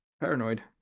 paranoid